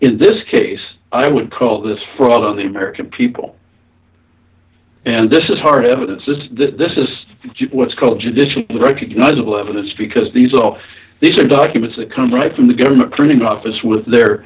in this case i would call this fraud on the american people and this is hard evidence that this is what's called judicial recognizable evidence because these are these are documents that comes right from the government printing office with their